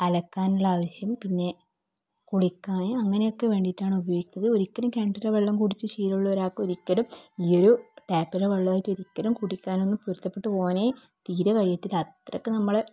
അലക്കാനുള്ള ആവശ്യം പിന്നെ കുളിക്കാൻ അങ്ങനെയൊക്കെ വേണ്ടിയിട്ടാണ് ഉപയോഗിക്കുന്നത് ഒരിക്കലും കിണറ്റിലെ വെള്ളം കുടിച്ച് ശീലമുള്ള ഒരാൾക്ക് ഒരിക്കലും ഈ ഒരു ടാപ്പിലെ വെള്ളമായിട്ട് ഒരിക്കലും കുടിക്കാനൊന്നും പൊരുത്തപ്പെട്ട് പോകാനെ തീരെ കഴിയത്തില്ല അത്രയ്ക്ക് നമ്മൾ